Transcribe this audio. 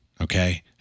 Okay